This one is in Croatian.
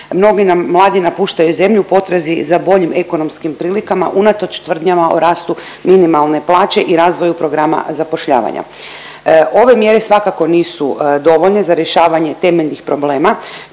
Mnogi nam mladi napuštaju zemlju u potrazi za boljim ekonomskim prilikama unatoč tvrdnjama o rastu minimalne plaće i razvoju programa zapošljavanja. Ove mjere svakako nisu dovoljne za rješavanje temeljnih problema